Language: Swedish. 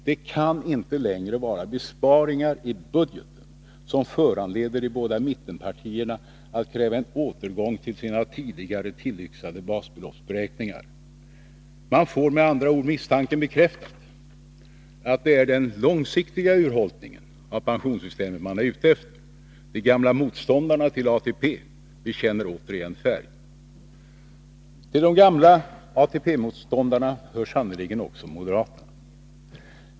Det kan inte längre vara besparingar i budgeten som föranleder de båda mittenpartierna att kräva en återgång till sina tidigare tillyxade basbeloppsberäkningar. Man får med andra ord misstanken bekräftad att det är den långsiktiga urholkningen av pensionssystemet man är ute efter. De gamla motståndarna till ATP bekänner återigen färg. Till de gamla ATP-motståndarna hör sannerligen också moderaterna.